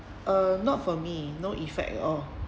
uh not for me no effect at all